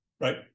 Right